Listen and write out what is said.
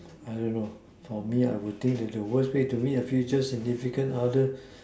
I don't know for me I would think that the worst way to meet a future significant other